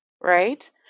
right